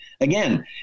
Again